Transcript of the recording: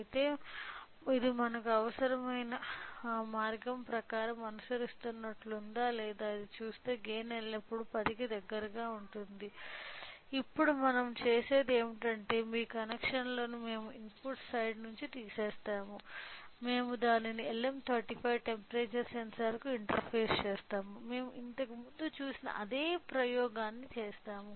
అయితే ఇది మనకు అవసరమైన మార్గం ప్రకారం అనుసరిస్తున్నట్లు లేదా మీరు చూస్తే గైన్ ఎల్లప్పుడూ 10 కి దగ్గరగా ఉంటుంది ఇప్పుడు మనం చేసేది ఏమిటంటే మీ కనెక్షన్లను మేము ఇన్పుట్ సైడ్ నుండి తీసివేస్తాము మేము దానిని LM35 టెంపరేచర్ సెన్సార్కు ఇంటర్ఫేస్ చేస్తాము మేము ఇంతకుముందు చూసిన అదే ప్రయోగాన్ని చేస్తాము